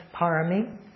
parami